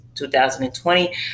2020